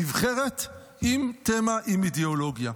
נבחרת עם תמה, עם אידיאולוגיה.